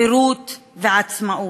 חירות ועצמאות,